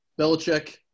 Belichick-